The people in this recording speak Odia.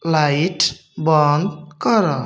ଲାଇଟ୍ ବନ୍ଦ କର